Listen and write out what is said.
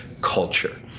culture